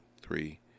three